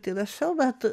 tai rašau bet